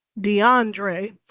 DeAndre